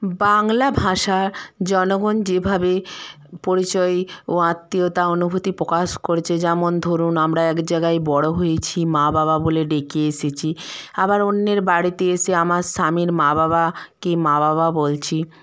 বাংলা ভাষা জনগণ যেভাবে পরিচয় ও আত্মীয়তা অনুভূতি প্রকাশ করেছে যেমন ধরুন আমরা এক জায়গায় বড়ো হয়েছি মা বাবা বলে ডেকে এসেছি আবার অন্যের বাড়িতে এসে আমার স্বামীর মা বাবা কে মা বাবা বলছি